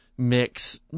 Mix